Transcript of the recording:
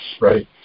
Right